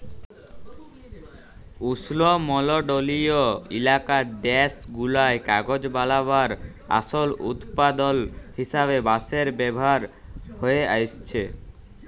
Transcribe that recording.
উস্লমলডলিয় ইলাকার দ্যাশগুলায় কাগজ বালাবার আসল উৎপাদল হিসাবে বাঁশের ব্যাভার হঁয়ে আইসছে